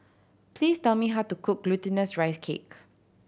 please tell me how to cook Glutinous Rice Cake